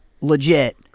legit